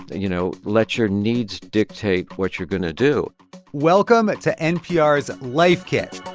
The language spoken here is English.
you know, let your needs dictate what you're going to do welcome to npr's life kit